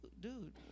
dude